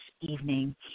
evening